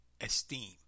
esteem